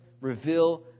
reveal